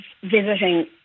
visiting